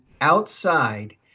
outside